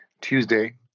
Tuesday